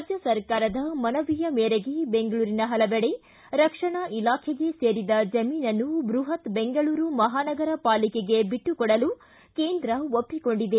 ರಾಜ್ಣ ಸರ್ಕಾರದ ಮನವಿ ಮೇರೆಗೆ ಬೆಂಗಳೂರಿನ ಹಲವೆಡೆ ರಕ್ಷಣಾ ಇಲಾಬೆಗೆ ಸೇರಿದ ಜಮೀನನ್ನು ಬೃಹತ್ ಬೆಂಗಳೂರು ಮಹಾನಗರ ಪಾಲಿಕೆಗೆ ಬಿಟ್ಟುಕೊಡಲು ಕೇಂದ್ರ ಒಪ್ಪಿಕೊಂಡಿದೆ